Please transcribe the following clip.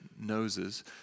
noses